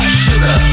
sugar